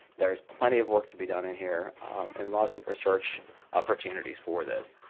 there's plenty of work to be done in here and lots of research opportunities for this.